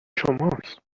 شماست